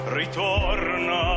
ritorna